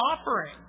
offering